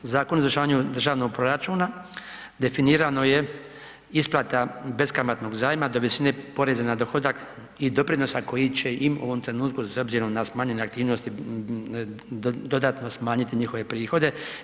Zakon o izvršavanju državnog proračuna, definirano je isplata beskamatnog zajma do visine poreza na dohodak i doprinosa koji će im u ovom trenutku s obzirom na smanjene aktivnosti, dodatno smanjiti njihove prihode.